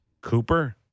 Cooper